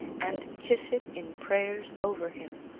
and kiss it in prayers over him,